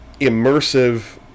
immersive